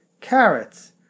carrots